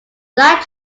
light